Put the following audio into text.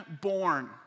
born